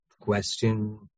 question